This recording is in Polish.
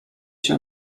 się